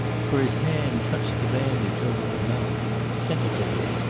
for his hand touched the bandage over her mouth tentatively.